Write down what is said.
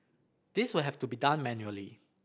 this will have to be done manually